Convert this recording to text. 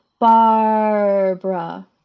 Barbara